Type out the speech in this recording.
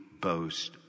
boast